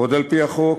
עוד על-פי החוק,